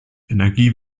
energie